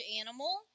animal